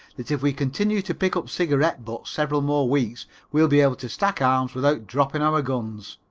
that if we continue to pick up cigarette butts several more weeks we'll be able to stack arms without dropping our guns.